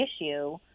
issue